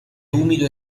umido